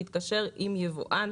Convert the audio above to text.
ההגדרה שלו היא מוסך שהתקשר עם יבואן.